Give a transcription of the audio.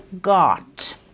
got